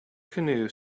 canoe